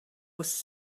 was